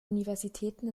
universitäten